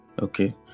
okay